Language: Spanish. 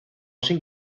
sin